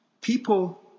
People